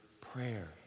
prayer